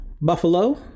buffalo